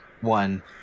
one